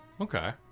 Okay